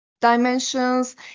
dimensions